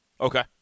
Okay